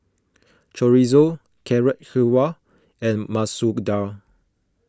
Chorizo Carrot Halwa and Masoor Dal